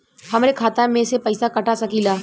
हमरे खाता में से पैसा कटा सकी ला?